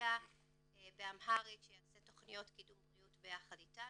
הטלויזיה באמהרית שיעשה תכניות קידום בריאות ביחד איתנו,